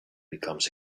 becomes